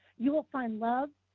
you will find love,